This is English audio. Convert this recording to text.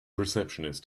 receptionist